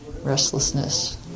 restlessness